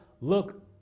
Look